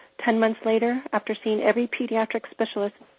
ten months later, after seeing every pediatric specialist,